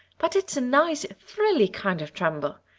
but it's a nice thrilly kind of tremble.